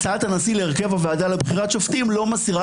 הצעת הנשיא להרכב הוועדה לבחירת שופטים לא מסירה